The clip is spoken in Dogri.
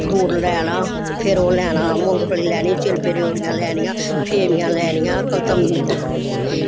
फ्रूट लैना फिर ओह् लैना मुंगफली लैनी चिड़वे रयोड़ियां लैनियां फेमियां लैनियां कलतम्में